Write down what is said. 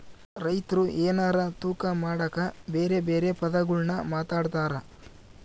ರೈತ್ರು ಎನಾರ ತೂಕ ಮಾಡಕ ಬೆರೆ ಬೆರೆ ಪದಗುಳ್ನ ಮಾತಾಡ್ತಾರಾ